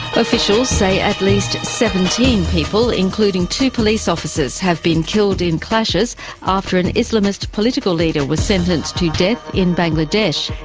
officials say at least seventeen people, including two police officers, have been killed in clashes after an islamist political leader was sentenced to death in bangladesh.